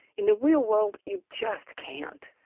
in the real world you just can't.